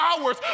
hours